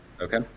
Okay